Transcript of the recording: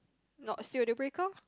not still a deal breaker